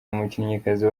umukinnyikazi